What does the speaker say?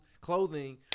clothing